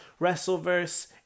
Wrestleverse